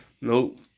Nope